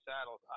Saddles